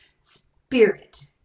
Spirit